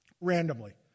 randomly